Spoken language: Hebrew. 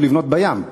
והוא לבנות בים,